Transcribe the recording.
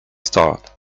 start